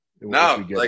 No